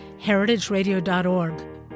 heritageradio.org